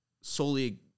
solely